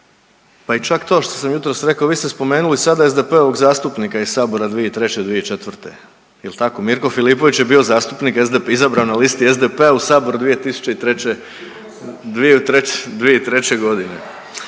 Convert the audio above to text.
pa i čak to što sam jutros rekao, vi ste spomenuli sada SDP-ovog zastupnika iz sabora 2003.-2004. jel tako? Mirko Filipović je bio zastupnik izabran na listi SDP-a u sabor 2003.g.